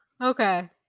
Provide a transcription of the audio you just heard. Okay